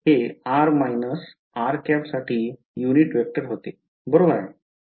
हे r साठी unit vector होते बरोबर आहे